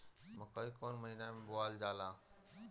मकई कौन महीना मे बोअल जाला?